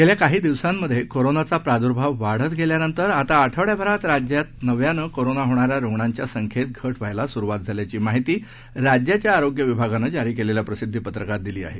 गेल्याकाहीदिवसांमध्येकोरोनाचाप्रादुर्भाववाढतगेल्यानंतरआताआठवड्याभरातराज्यातन व्यानंकोरोनाहोणाऱ्यारूग्णांच्यासंख्येतघटव्हायलास्रूवातझाल्याचीमाहितीराज्याच्याआरो ग्यविभागानंजारीकेलेल्याप्रसिद्धीपत्रकातदिलीआहे